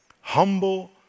Humble